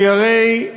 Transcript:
כי הרי,